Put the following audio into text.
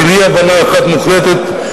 של אי-הבנה אחת מוחלטת.